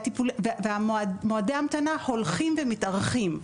ומועדי ההמתנה הולכים ומתארכים.